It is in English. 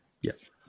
Yes